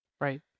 Right